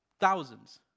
Thousands